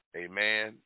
amen